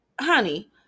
honey